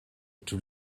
too